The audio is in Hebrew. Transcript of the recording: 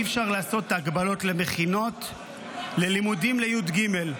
אי-אפשר לעשות הגבלות למכינות ללימודים לי"ג.